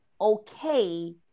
okay